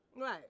right